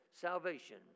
salvation